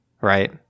right